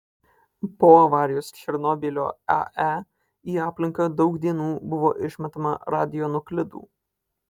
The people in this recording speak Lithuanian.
po avarijos černobylio ae į aplinką daug dienų buvo išmetama radionuklidų